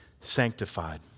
sanctified